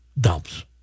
dumps